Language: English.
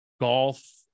golf